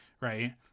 Right